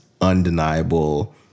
undeniable